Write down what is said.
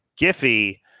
Giphy